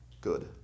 good